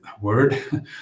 word